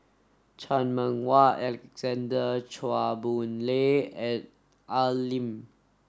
Chan Meng Wah Alexander Chua Boon Lay and Al Lim